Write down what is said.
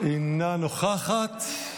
המציעה הבאה, חברת הכנסת נעמה לזימי, אינה נוכחת,